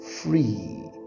free